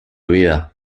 vida